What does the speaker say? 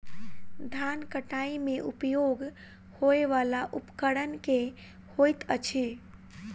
धान कटाई मे उपयोग होयवला उपकरण केँ होइत अछि?